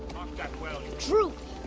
that well. droop,